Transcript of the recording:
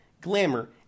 Glamour